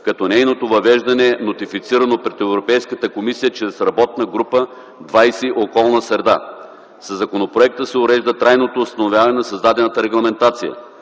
като нейното въвеждане е нотифицирано пред Европейската комисия чрез Работна група 20 „Околна среда”. Със законопроекта се урежда трайното установяване на създадената регламентация.